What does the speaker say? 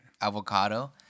Avocado